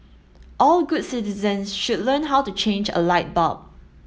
all good citizens should learn how to change a light bulb